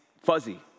fuzzy